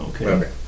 Okay